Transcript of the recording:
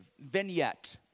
vignette